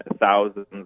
thousands